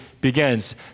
begins